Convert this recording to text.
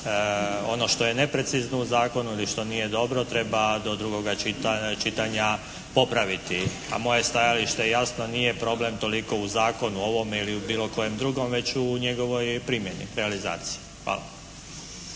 ono što je neprecizno u zakonu ili što nije dobro treba do drugoga čitanja popraviti. A moje stajalište jasno nije problem toliko u zakonu, ovome ili u bilo kojem drugome, već u njegovoj primjeni, realizaciji. Hvala.